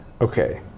Okay